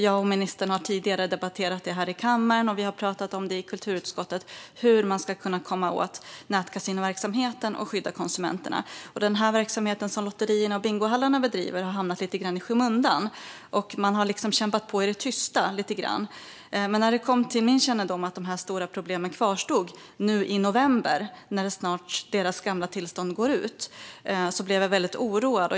Jag och ministern har tidigare debatterat det här i kammaren, och vi har i kulturutskottet talat om hur man ska kunna komma åt nätkasinoverksamheten och skydda konsumenterna. Verksamheten som lotterierna och bingohallarna bedriver har hamnat lite grann i skymundan och man har kämpat på i det tysta. När det kom till min kännedom att de här stora problemen kvarstod nu i november när de gamla tillstånden snart går ut blev jag väldigt oroad.